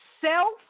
self